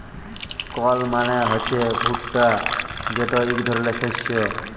কর্ল মালে হছে ভুট্টা যেট ইক ধরলের শস্য